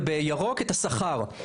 ובירוק את השכר.